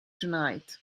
tonight